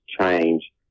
change